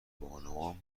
بانوان